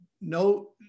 no